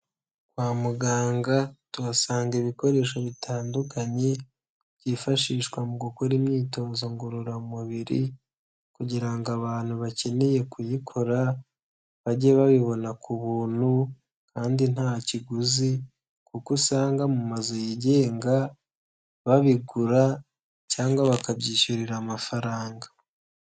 Kwa muganga, tuhasanga ibikoresho bitandukanye, byifashishwa mu gukora imyitozo ngororamubiri kugira ngo abantu bakeneye kuyikora, bajye babibona ku buntu kandi ntakiguzi kuko usanga mu mazu yigenga, babigura cyangwa bakabyishyurira amafaranga.